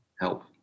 help